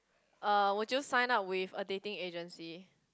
uh would you sign up with a dating agency